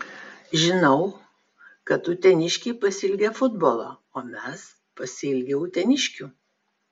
žinau kad uteniškiai pasiilgę futbolo o mes pasiilgę uteniškių